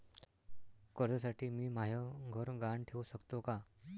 कर्जसाठी मी म्हाय घर गहान ठेवू सकतो का